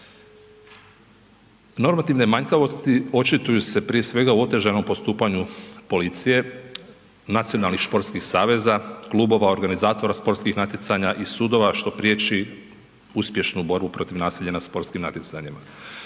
Normativne manjkavosti očituju se prije svega u otežanom postupanju policije, nacionalnih športskih saveza, klubova, organizatora sportskih natjecanja i sudova što priječi uspješnu borbu protiv nasilja na sportskim natjecanjima.